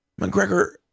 McGregor